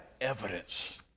evidence